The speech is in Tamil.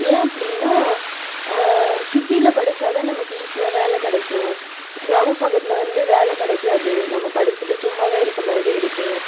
ஏன் அப்டின்னா சிட்டியில படிச்சால் தான் நமக்கு ஈசியாக வேலை கிடைக்கும் கிராம பக்கத்தில் வந்து வேலை கிடைக்காது நம்ம படிச்சிகிட்டு சும்மா தான் இருக்க மாதிரி இருக்கு